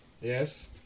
Yes